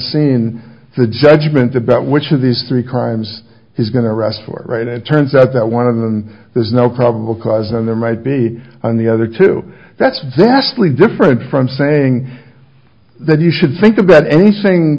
scene it's a judgment about which of these three crimes he's going to arrest for right it turns out that one of them there's no probable cause and there might be on the other two that's vastly different from saying that you should think about anything